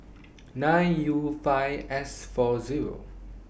nine U five S four Zero